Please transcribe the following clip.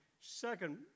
second